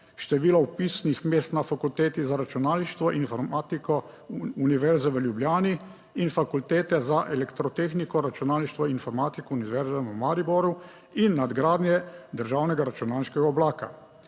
število vpisnih mest na Fakulteti za računalništvo in informatiko Univerze v Ljubljani in Fakultete za elektrotehniko, računalništvo in informatiko Univerze v Mariboru in nadgradnje državnega računalniškega oblaka.